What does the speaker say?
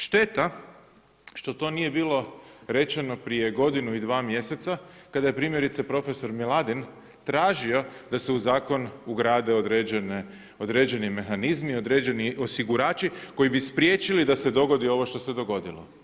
Šteta što to nije bilo rečeno prije godinu i dva mjeseca kada je primjerice profesor Miladin tražio da se i zakon ugradi određeni mehanizmi, određeni osigurači koji bi spriječili da se dogodi ovo što se dogodilo.